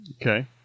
Okay